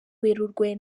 werurwe